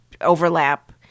overlap